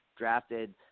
Drafted